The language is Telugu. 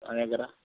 మా దగ్గర